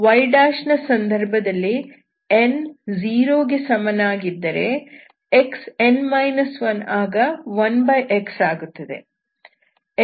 y ನ ಸಂದರ್ಭದಲ್ಲಿ n 0 ಗೆ ಸಮನಾಗಿದ್ದರೆ xn 1 ಆಗ 1x ಆಗುತ್ತದೆ